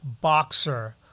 boxer